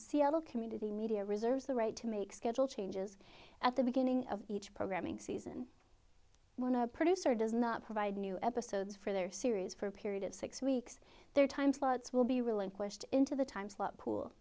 seattle community media reserves the right to make schedule changes at the beginning of each programming season when a producer does not provide new episodes for their series for a period of six weeks there are times lots will be relinquished into the timeslot pool